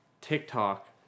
TikTok